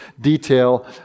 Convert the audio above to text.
detail